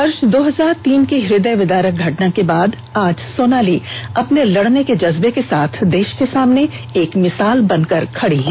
वर्ष दो हजार तीन की हृदयविदारक घटना के बाद आज सोनाली अपने लड़ने के जज्बे के साथ देश के सामने एक मिसाल बनकर खड़ी है